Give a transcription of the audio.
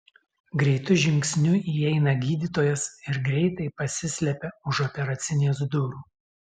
greitu žingsniu įeina gydytojas ir greitai pasislepia už operacinės durų